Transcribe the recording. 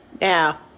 Now